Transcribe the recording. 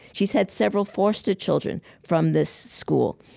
she's had several foster children from this school.